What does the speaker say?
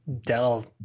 Dell